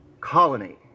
colony